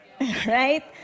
Right